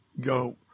go